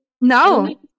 No